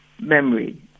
memory